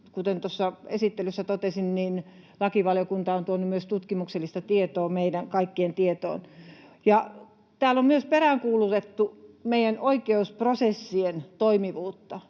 tuossa esittelyssä totesin, niin lakivaliokunta on tuonut myös tutkimuksellista tietoa meidän kaikkien tietoon. Täällä on myös peräänkuulutettu meidän oikeusprosessien toimivuutta,